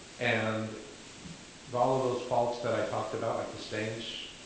and all of those faults that i talked about, like the stains,